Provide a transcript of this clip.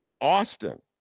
Austin